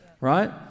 right